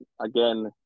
again